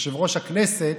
יושב-ראש הכנסת,